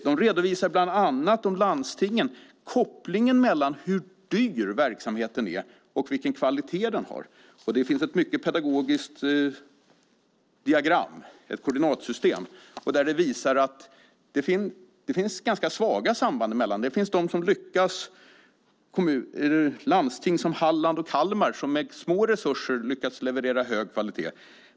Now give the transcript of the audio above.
De redovisar bland annat när det gäller landstingen kopplingen mellan hur dyr verksamheten är och vilken kvalitet den har. Det finns också ett mycket pedagogiskt diagram, ett koordinatsystem, som visar att det finns ganska svaga samband. Det finns de som lyckas, landsting som Halland och Kalmar som med små resurser lyckats leverera hög kvalitet.